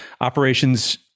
operations